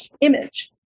image